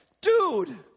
Dude